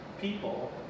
people